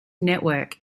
network